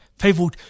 people